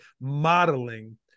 modeling